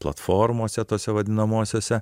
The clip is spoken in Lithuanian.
platformose tose vadinamosiose